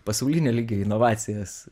pasaulinio lygio inovacijas